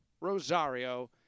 Rosario